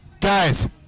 Guys